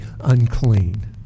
unclean